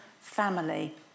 family